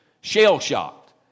shell-shocked